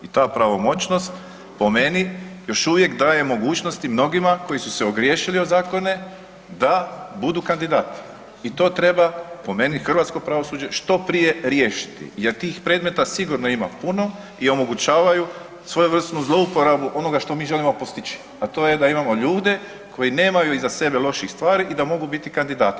I ta pravomoćnost po meni još uvijek daje mogućnosti mnogima koji su se ogriješili o zakone da budu kandidati i to treba po meni hrvatsko pravosuđe što prije riješiti jer tih predmeta sigurno ima puno i omogućavaju svojevrsnu zlouporabu onoga što mi želimo postići, a to je da imamo ljude koji nemaju iza sebe loših stvari i da mogu biti kandidati.